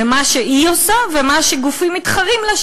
במה שהיא עושה ובמה שגופים מתחרים לה,